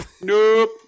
Nope